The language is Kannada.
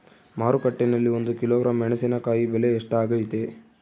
ಮಾರುಕಟ್ಟೆನಲ್ಲಿ ಒಂದು ಕಿಲೋಗ್ರಾಂ ಮೆಣಸಿನಕಾಯಿ ಬೆಲೆ ಎಷ್ಟಾಗೈತೆ?